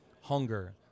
hunger